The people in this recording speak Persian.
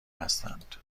هستند